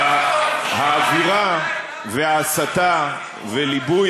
הוא ממשיך לשקר.